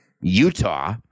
Utah